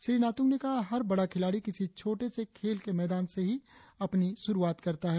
श्री नातुंग ने कहा हर बड़ा खिलाड़ी किसी छोटे से खेल के मैदान से ही अपनी शुरुआत करता है